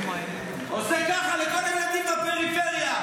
עושה ככה לכל הילדים בפריפריה.